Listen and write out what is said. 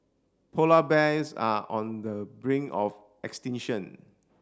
polar bears are on the brink of extinction